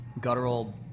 guttural